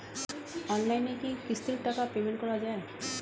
অনলাইনে কি কিস্তির টাকা পেমেন্ট করা যায়?